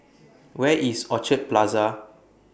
Where IS Orchid Plaza